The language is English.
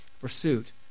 pursuit